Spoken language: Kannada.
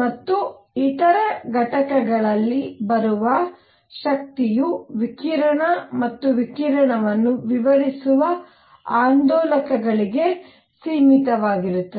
ಮತ್ತು ಇತರ ಘಟಕಗಳಲ್ಲಿ ಬರುವ ಶಕ್ತಿಯು ವಿಕಿರಣ ಮತ್ತು ವಿಕಿರಣವನ್ನು ವಿವರಿಸುವ ಆಂದೋಲಕಗಳಿಗೆ ಸೀಮಿತವಾಗಿರುತ್ತದೆ